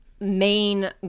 main